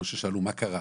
ששאלו מה קרה?